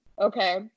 Okay